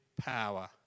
power